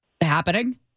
happening